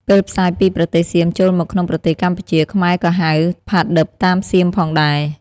ពេលផ្សាយពីប្រទេសសៀមចូលមកក្នុងប្រទេសកម្ពុជា ខ្មែរក៏ហៅ ផាឌិប តាមសៀមផងដែរ។